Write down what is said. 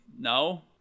No